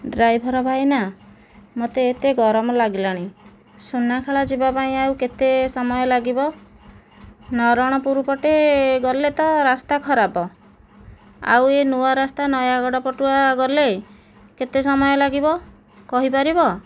driver ଭାଇନା ମୋତେ ଏତେ ଗରମ ଲାଗିଲାଣି ସୁନାଖଳା ଯିବାପାଇଁ ଆଉ କେତେ ସମୟ ଲାଗିବ ନରଣପୁର ପଟେ ଗଲେ ତ ରାସ୍ତା ଖରାପ ଆଉ ଏହି ନୂଆରାସ୍ତା ନୟାଗଡ଼ ପଟୁଆ ଗଲେ କେତେ ସମୟ ଲାଗିବ କହିପାରିବ